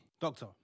Doctor